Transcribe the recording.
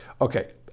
Okay